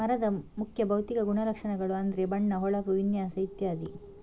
ಮರದ ಮುಖ್ಯ ಭೌತಿಕ ಗುಣಲಕ್ಷಣಗಳು ಅಂದ್ರೆ ಬಣ್ಣ, ಹೊಳಪು, ವಿನ್ಯಾಸ ಇತ್ಯಾದಿ